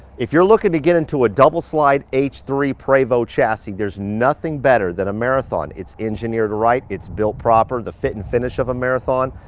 if you're looking to get into a double slide h three prevost chassis there's nothing better than a marathon. it's engineered right. it's built proper, the fit and finish of a marathon.